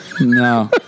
No